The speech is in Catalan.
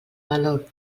valor